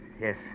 Yes